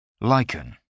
Lichen